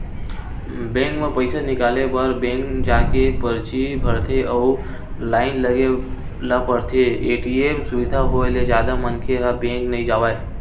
bank म पइसा निकाले बर बेंक जाके परची भरथे अउ लाइन लगे ल परथे, ए.टी.एम सुबिधा होय ले जादा मनखे ह बेंक नइ जावय